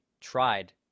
tried